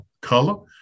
color